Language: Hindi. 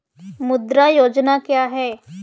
मुद्रा योजना क्या है?